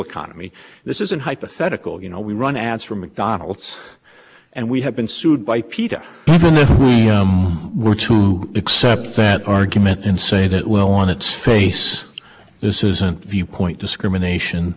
economy this isn't hypothetical you know we run ads for mcdonald's and we have been sued by peta even if we're to accept that argument and say that well on its face this isn't viewpoint discrimination